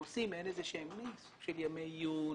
עושים ימי עיון,